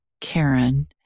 Karen